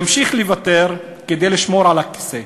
ימשיך לוותר כדי לשמור על הכיסא.